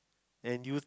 and you